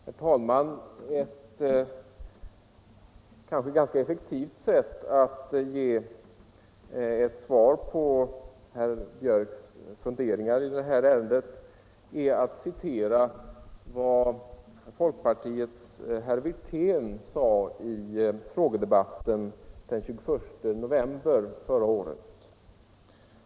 Herr talman! Ett ganska effektivt sätt att ge svar på herr Björcks i Nässjö funderingar i detta ärende är kanske att citera vad folkpartiets herr Wirtén sade i frågedebatten den 21 november förra året.